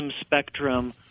spectrum